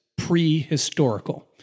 prehistorical